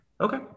Okay